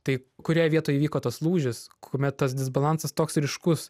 tai kurioj vietoj įvyko tas lūžis kuomet tas disbalansas toks ryškus